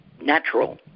natural